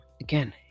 again